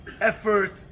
effort